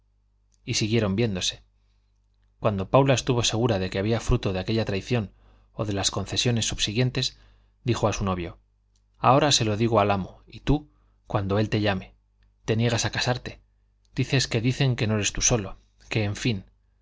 y siguieron viéndose cuando paula estuvo segura de que había fruto de aquella traición o de las concesiones subsiguientes dijo a su novio ahora se lo digo al amo y tú cuando él te llame te niegas a casarte dices que dicen que no eres tú solo que en fin